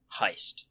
heist